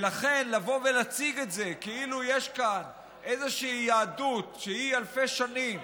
לכן לבוא ולהציג את זה כאילו יש כאן איזושהי יהדות שהיא אלפי שנים,